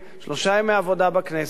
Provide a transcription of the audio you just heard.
שלושה ימי עבודה בכנסת.